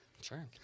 Sure